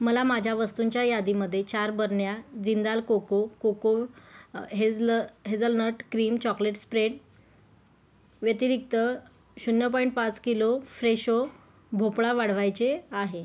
मला माझ्या वस्तूंच्या यादीमध्ये चार बरण्या जिंदाल कोको कोको हेज्लं हेझलनट क्रीम चॉकलेट स्प्रेड व्यतिरिक्त शून्न पॉईंट पाच किलो फ्रेशो भोपळा वाढवायचे आहे